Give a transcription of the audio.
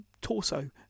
torso